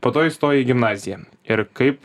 po to įstojai į gimnaziją ir kaip